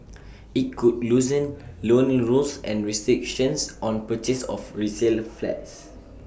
IT could loosen loan rules and restrictions on purchase of resale flats